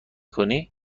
کنی